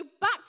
back